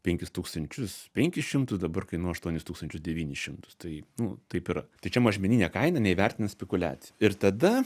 penkis tūkstančius penkis šimtus dabar kainuoja aštuonis tūkstančius devynis šimtus tai nu taip yra tai čia mažmeninė kaina neįvertina spekuliacija ir tada